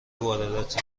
وارداتی